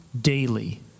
daily